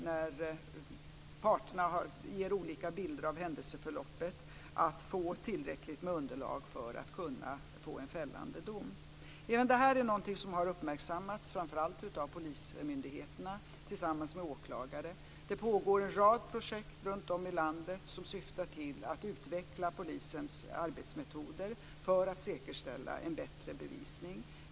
När parterna ger olika bilder av händelseförloppet är det svårt att få tillräckligt underlag för en fällande dom. Även detta har uppmärksammats, framför allt av polismyndigheterna tillsammans med åklagare. Det pågår en rad projekt runtom i landet som syftar till att utveckla polisens arbetsmetoder för att man ska kunna säkerställa en bättre bevisning.